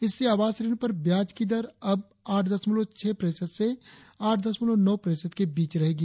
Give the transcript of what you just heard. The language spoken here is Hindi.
इससे आवास ऋण पर ब्याज की दर अब आठ दशमलव छह प्रतिशत से आठ दशमलव नौ प्रतिशत के बीच रहेगी